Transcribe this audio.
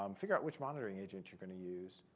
um figure out which monitoring agent you're going to use.